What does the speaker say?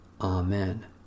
Amen